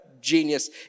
genius